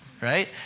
right